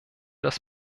das